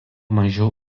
mažiau